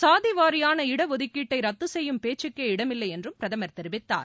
சாதி வாரியான இடஒதுக்கீட்டை ரத்து செய்யும் பேச்சுக்கே இடமில்லை என்றும் பிரதமர் தெரிவித்தார்